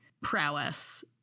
prowess